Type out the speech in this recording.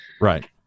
Right